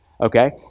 okay